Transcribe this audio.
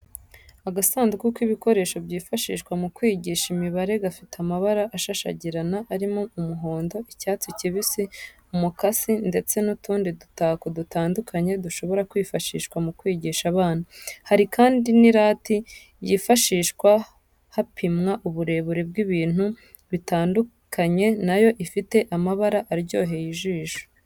Agasanduku k'ibikoresho byifashishwa mu kwigisha imibare gafite amabara ashashagirana arimo umuhondo, icyatsi kibisi, umukasi ndetse n'utundi dutako dutandukanye dushobora kwifashishwa mu kwigisha abana. Hari kandi n'irati yifashishwa hapimwa uburebure bw'ibintu bitandukanye na yo ifite amabara aryoheye ijisho.